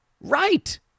Right